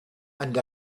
and